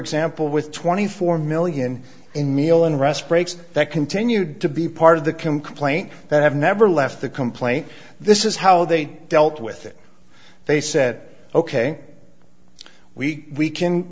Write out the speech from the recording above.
example with twenty four million in meal and rest breaks that continued to be part of the complaint that have never left the complaint this is how they dealt with it they said ok we